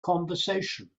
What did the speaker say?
conversation